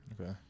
Okay